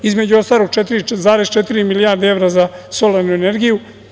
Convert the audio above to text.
Između ostalog, 4,4 milijarde evra za solarnu energiju.